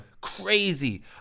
Crazy